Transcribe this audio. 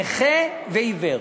נכה ועיוור,